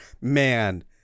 Man